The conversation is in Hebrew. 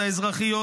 האזרחיות,